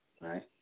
Right